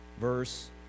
Verse